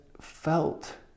felt